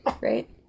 right